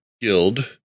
guild